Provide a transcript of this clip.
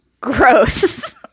gross